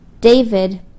David